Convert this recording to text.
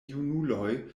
junuloj